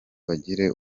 bagire